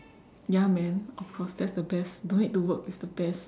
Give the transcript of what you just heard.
ya man of course that's the best don't need to work it's the best